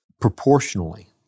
proportionally